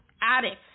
addict